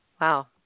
Wow